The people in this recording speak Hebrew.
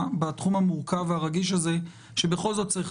סיבה אחת, והוראת השעה לא התייחסה